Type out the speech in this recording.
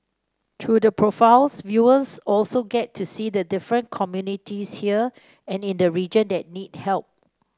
through the profiles viewers also get to see the different communities here and in the region that need help